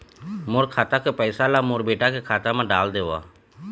मोर खाता के पैसा ला मोर बेटा के खाता मा डाल देव?